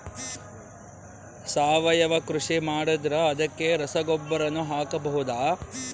ಸಾವಯವ ಕೃಷಿ ಮಾಡದ್ರ ಅದಕ್ಕೆ ರಸಗೊಬ್ಬರನು ಹಾಕಬಹುದಾ?